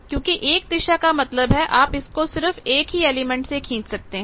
क्योंकि एक दिशा का मतलब है आप इसको सिर्फ एक ही एलिमेंट से खींच सकते हैं